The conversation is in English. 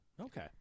Okay